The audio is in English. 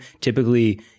typically